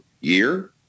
year